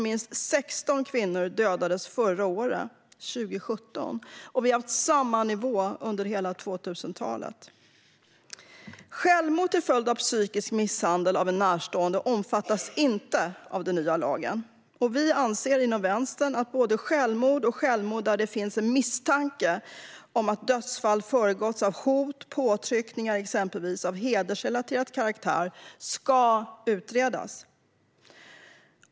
Minst 16 kvinnor dödades förra året, 2017. Nivån har varit densamma under hela 2000-talet. Självmord till följd av psykisk misshandel av en närstående omfattas inte av den nya lagen. Vi inom Vänstern anser att både självmord och självmord där det finns misstanke om att dödsfallet föregåtts av hot och påtryckningar, exempelvis av hedersrelaterad karaktär, ska utredas.